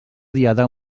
diada